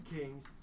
kings